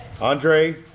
Andre